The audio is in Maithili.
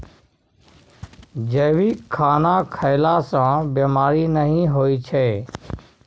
जैविक खाना खएला सँ बेमारी नहि होइ छै